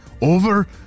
over